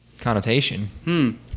connotation